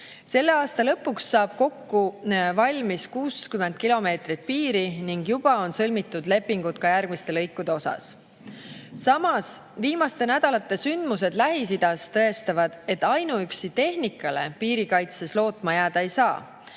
Selle aasta lõpuks saab kokku valmis 60 kilomeetrit piiri ning juba on sõlmitud lepingud ka järgmiste lõikude kohta. Samas, viimaste nädalate sündmused Lähis-Idas tõestavad, et ainuüksi tehnikale piirikaitses lootma jääda ei saa.